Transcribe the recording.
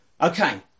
Okay